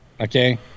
Okay